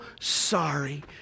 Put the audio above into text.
sorry